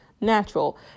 natural